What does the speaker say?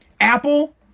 Apple